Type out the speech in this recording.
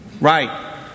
Right